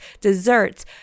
desserts